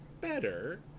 better